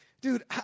dude